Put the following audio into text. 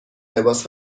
لباس